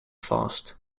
fast